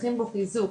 צריכים חיזוק.